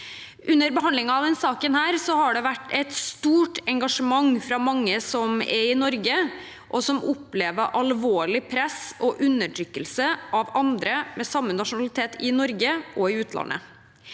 Under behandlingen av denne saken har det vært et stort engasjement fra mange som er i Norge, og som opplever alvorlig press og undertrykkelse fra andre med samme nasjonalitet i Norge og i utlandet.